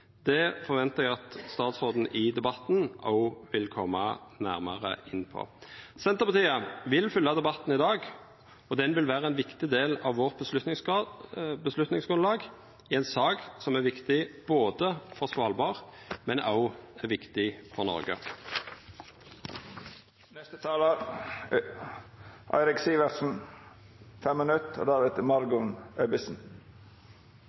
Det forventar eg at statsråden vil koma nærmare inn på i debatten. Senterpartiet vil følgja debatten i dag, og han vil vera ein viktig del av avgjerdsgrunnlaget vårt i ei sak som er viktig for Svalbard, men som òg er viktig for